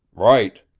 right,